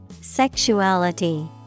Sexuality